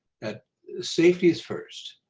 ah safety is first.